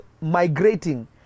migrating